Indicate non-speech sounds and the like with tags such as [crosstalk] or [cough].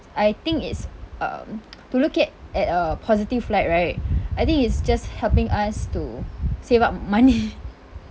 I think it's um [noise] to look it at a positive light right I think it's just helping us to save up money